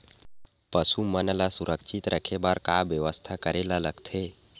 पशु मन ल सुरक्षित रखे बर का बेवस्था करेला लगथे?